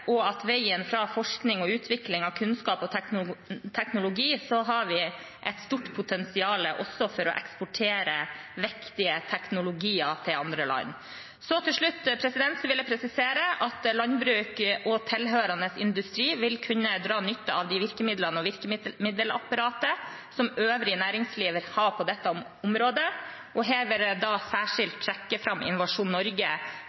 og forskning og utvikling av kunnskap og teknologi har vi et stort potensial også for å eksportere viktige teknologier til andre land. Til slutt vil jeg presisere at landbruk og tilhørende industri vil kunne dra nytte av de virkemidlene og det virkemiddelapparatet som øvrig næringsliv vil ha på dette området. Her vil jeg særskilt trekke fram Innovasjon Norge,